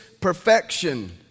perfection